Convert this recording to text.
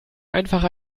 einfach